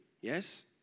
Yes